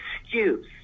excuse